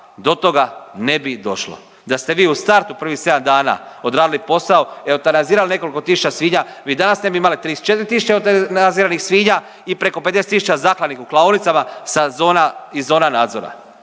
do toga ne bi došlo. Da ste vi u startu prvih 7 dana odradili posao, eutanazirali nekoliko tisuća svinja, vi danas ne bi imali 34 tisuće eutanaziranih svinja i preko 50 tisuća zaklanih u klaonicama sa zona, iz zona nadzora